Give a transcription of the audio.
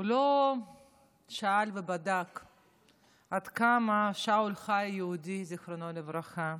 לא שאל ובדק עד כמה שאול חי, זיכרונו לברכה,